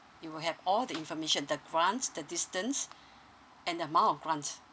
you will have all the information the grant the distance and the amount of grant